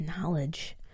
knowledge